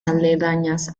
aledañas